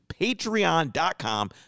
patreon.com